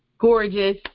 gorgeous